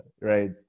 right